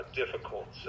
difficult